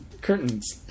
Curtains